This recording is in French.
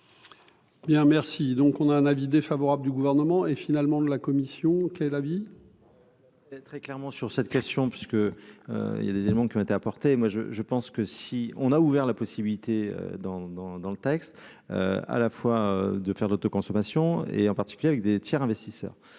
Bien, merci, donc on a un avis défavorable du gouvernement et, finalement, de la commission qui est la vie. C'est très clairement sur cette question parce que il y a des éléments qui ont été apportées, moi je, je pense que si on a ouvert la possibilité, dans, dans, dans le texte à la fois de faire de consommation et en particulier avec des tiers investisseur